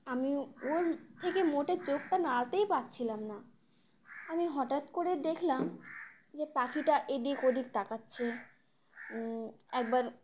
আমি ওর থেকে মোটে চোখটা নাড়াতেই পারছিলাম না আমি হঠাৎ করে দেখলাম যে পাখিটা এদিক ওদিক তাকাচ্ছে একবার